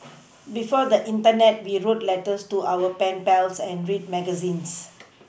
before the Internet we wrote letters to our pen pals and read magazines